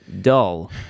dull